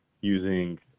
using